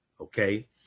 Okay